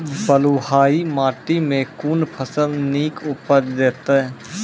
बलूआही माटि मे कून फसल नीक उपज देतै?